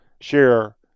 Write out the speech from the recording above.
share